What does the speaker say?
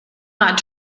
not